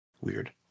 weird